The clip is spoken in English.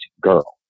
girl